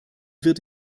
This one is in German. wird